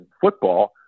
football